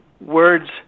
words